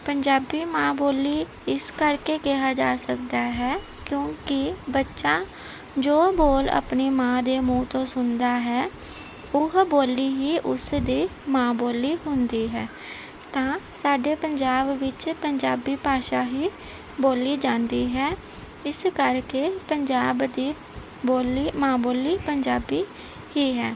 ਪੰਜਾਬੀ ਮਾਂ ਬੋਲੀ ਇਸ ਕਰਕੇ ਕਿਹਾ ਜਾ ਸਕਦਾ ਹੈ ਕਿਉਂਕਿ ਬੱਚਾ ਜੋ ਬੋਲ ਆਪਣੀ ਮਾਂ ਦੇ ਮੂੰਹ ਤੋਂ ਸੁਣਦਾ ਹੈ ਉਹ ਬੋਲੀ ਹੀ ਉਸ ਦੀ ਮਾਂ ਬੋਲੀ ਹੁੰਦੀ ਹੈ ਤਾਂ ਸਾਡੇ ਪੰਜਾਬ ਵਿੱਚ ਪੰਜਾਬੀ ਭਾਸ਼ਾ ਹੀ ਬੋਲੀ ਜਾਂਦੀ ਹੈ ਇਸ ਕਰਕੇ ਪੰਜਾਬ ਦੀ ਬੋਲੀ ਮਾਂ ਬੋਲੀ ਪੰਜਾਬੀ ਹੀ ਹੈ